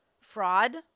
fraud